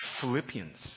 Philippians